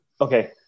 Okay